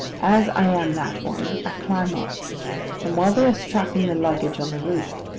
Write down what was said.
as i am that one, i climb up and while they are strapping the luggage on the roof,